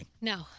No